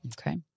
Okay